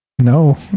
no